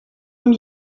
him